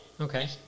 Okay